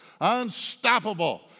Unstoppable